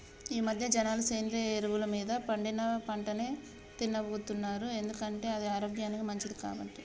ఈమధ్య జనాలు సేంద్రియ ఎరువులు మీద పండించిన పంటనే తిన్నబోతున్నారు ఎందుకంటే అది ఆరోగ్యానికి మంచిది కాబట్టి